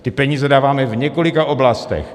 Ty peníze dáváme v několika oblastech.